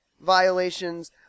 violations